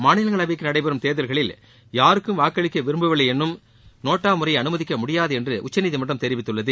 மாநிலங்களவைக்கு நடைபெறும் தேர்தல்களில் யாருக்கும் வாக்களிக்க விரும்பவில்லை என்னும் நோட்டா முறையை அனுமதிக்க முடியாது என்று உச்சநீதிமன்றம் தெரிவித்துள்ளது